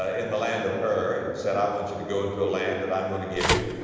ah in the land of ur, and said, i want you to go into a land that i'm going to give you,